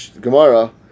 Gemara